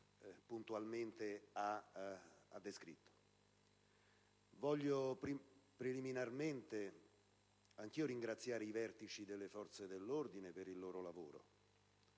puntualmente ha descritto. Voglio preliminarmente anch'io ringraziare i vertici delle forze dell'ordine per il lavoro